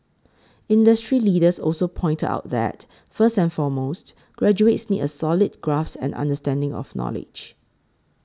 industry leaders also pointed out that first and foremost graduates need a solid grasp and understanding of knowledge